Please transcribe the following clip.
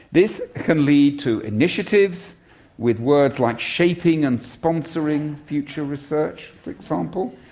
this can lead to initiatives with words like shaping and sponsoring future research, for example,